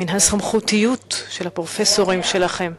מן הסמכותיות של הפרופסורים שלכם.